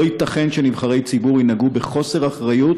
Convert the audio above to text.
לא ייתכן שנבחרי ציבור ינהגו בחוסר אחריות